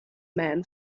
man